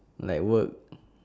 like work